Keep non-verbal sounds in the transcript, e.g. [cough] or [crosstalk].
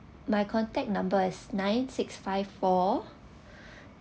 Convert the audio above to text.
my contact number is nine six five four [breath]